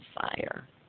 fire